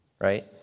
right